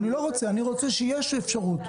אני רוצה שתהיה אפשרות.